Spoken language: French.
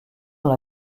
dans